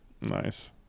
Nice